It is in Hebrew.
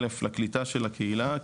א' לקליטה של הקהילה.